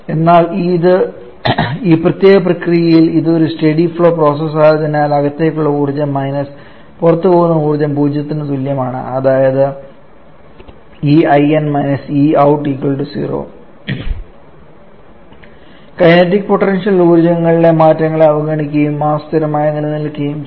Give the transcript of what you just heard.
എന്നാൽ ഈ പ്രത്യേക പ്രക്രിയയിൽ ഇത് ഒരു സ്റ്റഡി ഫ്ലോ പ്രോസസ് ആയതിനാൽ അകത്തേക്കുള്ള ഊർജ്ജം മൈനസ് പുറത്തു പോകുന്ന ഊർജ്ജം പൂജ്യത്തിന് തുല്യമാണ് അതായത് കൈനറ്റിക് പൊട്ടൻഷ്യൽ ഊർജ്ജങ്ങൾഇലെ മാറ്റങ്ങളെ അവഗണിക്കുകയും മാസ് സ്ഥിരമായി നിലനിൽക്കുകയും ചെയ്യുന്നു